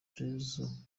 prezzo